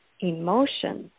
emotions